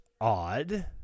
odd